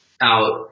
out